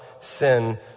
sin